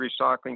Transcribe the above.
recycling